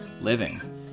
Living